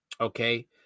Okay